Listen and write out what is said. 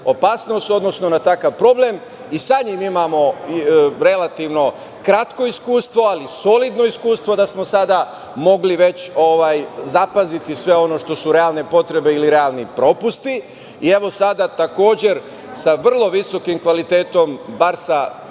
opasnost, odnosno na takav problem i sada mi imamo relativno kratko iskustvo, ali solidno iskustvo da smo sada mogli već zapaziti sve ono što su realne potrebe ili realni propusti i evo sada takođe sa vrlo visokim kvalitetom, bar